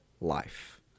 life